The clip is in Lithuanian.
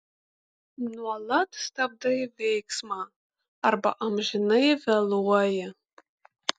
nuolat stabdai veiksmą arba amžinai vėluoji